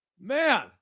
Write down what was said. man